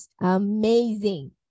amazing